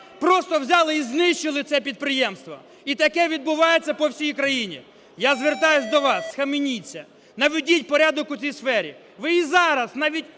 просто взяли і знищили це підприємство. І таке відбувається по всій країні. Я звертаюся до вас. Схаменіться, наведіть порядок у цій сфері. Ви і зараз навіть